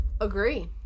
Agree